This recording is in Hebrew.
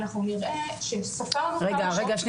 אנחנו נראה שספרנו כמה שעות -- רגע,